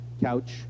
couch